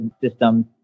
systems